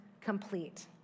complete